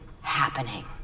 happening